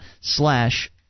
slash